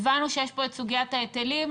הבנו שיש פה את סוגיית ההיטלים.